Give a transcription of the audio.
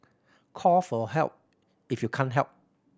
call for help if you can't help